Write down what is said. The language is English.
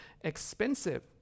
expensive